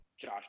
Josh